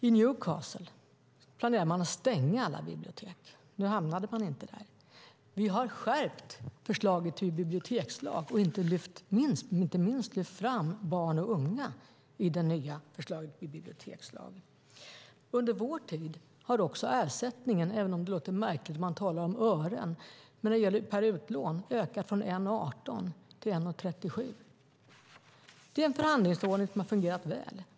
I Newcastle planerade man att stänga alla bibliotek, men man hamnade inte där. Vi har skärpt förslaget till bibliotekslag och inte minst lyft fram barn och unga i det nya förslaget till bibliotekslag. Under vår tid har också ersättningen per utlån - även om det låter märkligt att man talar om ören - ökat från 1:18 till 1:37 kronor. Det är en förhandlingsordning som har fungerat väl.